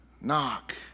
knock